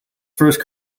first